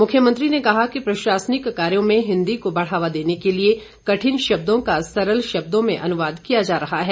मुख्यमंत्री ने कहा कि प्रशासनिक कार्यों में हिंदी को बढ़ावा देने के लिए कठिन शब्दों का सरल शब्दों में अनुवाद किया जा रहा है